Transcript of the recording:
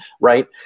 right